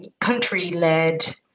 country-led